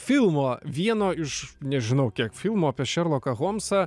filmo vieno iš nežinau kiek filmų apie šerloką holmsą